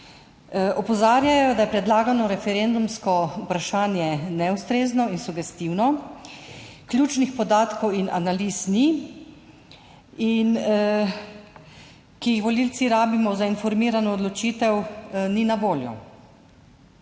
Opozarjajo, da je predlagano referendumsko vprašanje neustrezno in sugestivno, ključnih podatkov in analiz ni in, ki jih volivci rabimo za informirano odločitev, ni na voljo.